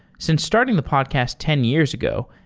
since starting the podcast ten years ago,